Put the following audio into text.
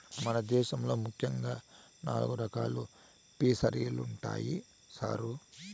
మన దేశంలో ముఖ్యంగా నాలుగు రకాలు ఫిసరీలుండాయి సారు